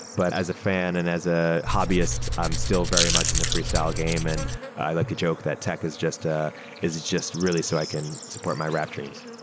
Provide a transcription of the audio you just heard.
but as a fan and as a hobbyist, i'm still very much in the freestyle game and i like to joke that tech is just ah is just really so i can support my rap dreams